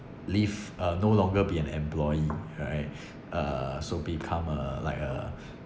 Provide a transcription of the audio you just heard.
leave uh no longer be an employee right uh so become a like a